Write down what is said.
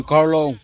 Carlo